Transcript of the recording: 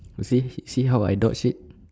we see see how I dodge it